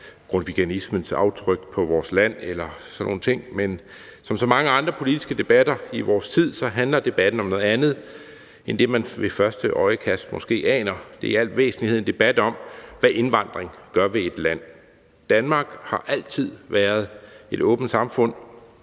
grundtvigianismens aftryk på vores land, men som så mange andre politiske debatter i vores tid handler debatten om noget andet end det, man ved første øjekast måske aner. Det er i al væsentlighed en debat om, hvad indvandring gør ved et land. Danmark har altid været et åbent samfund.